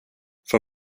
for